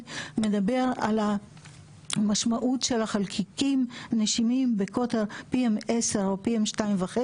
מדבר על המשמעות של החלקיקים הנשימים בקוטר PM10 או PM2.5